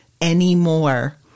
anymore